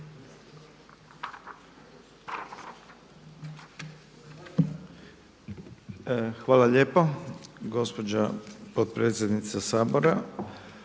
Hvala lijepo gospođo potpredsjednice,